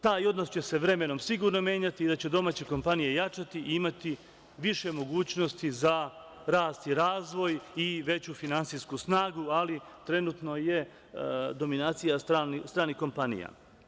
Taj odnos će se vremenom sigurno menjati, da će domaće kompanije jačati i imati više mogućnosti za rast i razvoj i veću finansijsku snagu, ali trenutno je dominacija stranih kompanija.